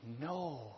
no